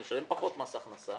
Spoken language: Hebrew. אני אשלם פחות מס הכנסה,